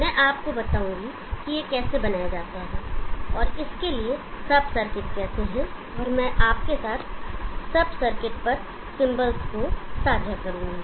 मैं आपको बताऊंगा कि यह कैसे बनाया जा सकता है इसके लिए सब सर्किट कैसे है और मैं आपके साथ सब सर्किट पर सिंबल को साझा करूंगा